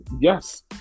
Yes